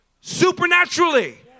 supernaturally